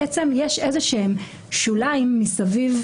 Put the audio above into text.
יש איזה שהם שוליים מסביב